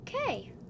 Okay